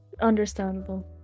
Understandable